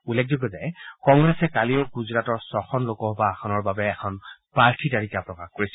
উল্লেখযোগ্য যে কংগ্ৰেছে কালিও গুজৰাটৰ ছখন লোকসভা আসনৰ বাবে এখন প্ৰাৰ্থী তালিকা প্ৰকাশ কৰিছিল